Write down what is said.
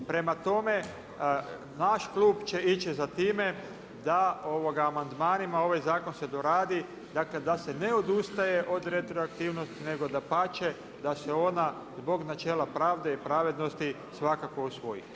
Prema tome, naš klub će ići za time da amandmanima ovaj zakon doradi da se ne odustaje retroaktivnosti nego dapače da se ona zbog načela pravde i pravednosti svakako usvoji.